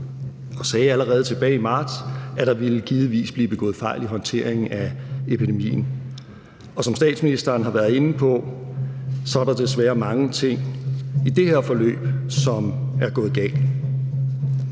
sagde allerede tilbage i marts, at der givetvis ville blive begået fejl i håndteringen af epidemien. Og som statsministeren har været inde på, er der desværre mange ting i det her forløb, som er gået galt.